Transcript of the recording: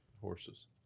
horses